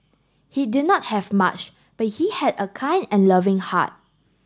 he did not have much but he had a kind and loving heart